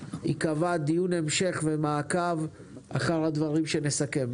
ייקבע דיון המשך ומעקב אחר הדברים שנסכם.